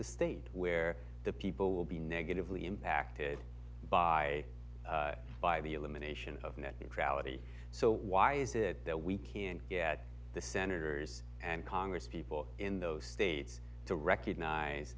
a state where the people will be negatively impacted by by the elimination of net neutrality so why is it that we can get the senators and congresspeople in those states to recognize